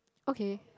okay